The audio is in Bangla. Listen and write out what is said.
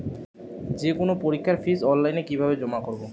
যে কোনো পরীক্ষার ফিস অনলাইনে কিভাবে জমা করব?